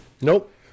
nope